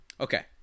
Okay